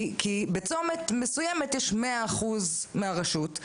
כי בצומת מסוימת יש 100% מהרשות,